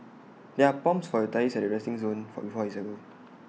there are pumps for your tyres at the resting zone before you cycle